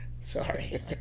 Sorry